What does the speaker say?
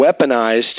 weaponized